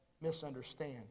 misunderstand